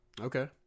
Okay